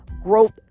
growth